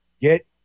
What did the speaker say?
get